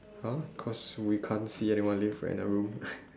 !huh! cause we can't see anyone leave we're in a room